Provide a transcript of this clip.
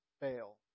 fail